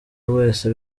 wese